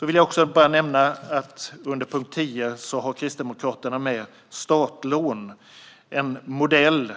Jag vill också nämna att under punkt 10 har Kristdemokraterna med startlån, vilket är en modell